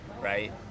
right